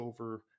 over